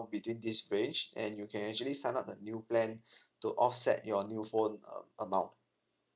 between this range and you can actually sign up a new plan to offset your new phone uh amount